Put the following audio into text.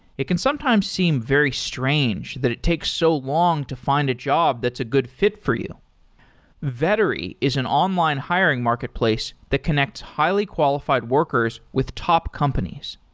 it can sometimes seem very strange that it takes so long to fi nd a job that's a good fi t for you vettery is an online hiring marketplace that connects highly qualified workers with top companies.